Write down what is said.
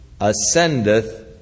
ascendeth